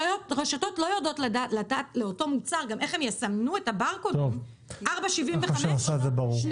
הרשתות לא יודעות איך הן יסמנו את הברקודים: 4.70 ו-5 שקלים?